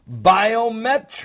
biometric